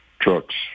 trucks